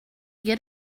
get